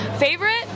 Favorite